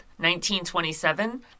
1927